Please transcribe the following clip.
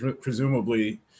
presumably